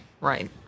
right